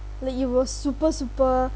that it was super super